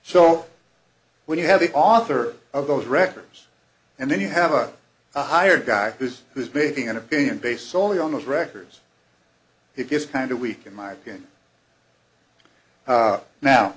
so when you have the author of those records and then you have a hired guy who's who's basing an opinion based solely on those records it gets kind of weak in my opinion